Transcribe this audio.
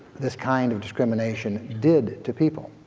this kind of discrimination did to people.